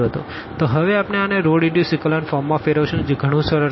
તો હવે આપણે આને રો રીડ્યુસ ઇકોલન ફોર્મ માં ફેરવશું જે ગણું સરળ છે